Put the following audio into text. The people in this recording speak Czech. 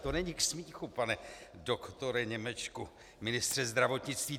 To není k smíchu pane doktore Němečku, ministře zdravotnictví!